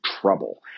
trouble